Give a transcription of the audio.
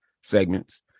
segments